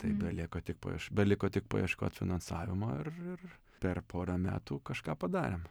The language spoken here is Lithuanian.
tai belieka tik paieš beliko tik paieškot finansavimo ir ir per pora metų kažką padarėm